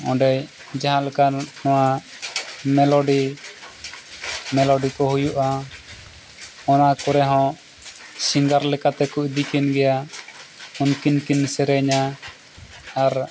ᱚᱸᱰᱮ ᱡᱟᱦᱟᱸ ᱞᱮᱠᱟᱱ ᱱᱚᱣᱟ ᱢᱮᱞᱳᱰᱤ ᱢᱮᱞᱳᱰᱤ ᱠᱚ ᱦᱩᱭᱩᱜᱼᱟ ᱚᱱᱟ ᱠᱚᱨᱮ ᱦᱚᱸ ᱥᱤᱝᱜᱟᱨ ᱞᱮᱠᱟᱛᱮ ᱠᱚ ᱤᱫᱤ ᱠᱤᱱ ᱜᱮᱭᱟ ᱩᱱᱠᱤᱱ ᱠᱤᱱ ᱥᱮᱨᱮᱧᱟ ᱟᱨ